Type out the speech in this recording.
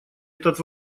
этот